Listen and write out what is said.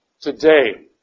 today